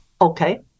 Okay